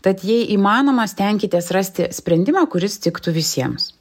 tad jei įmanoma stenkitės rasti sprendimą kuris tiktų visiems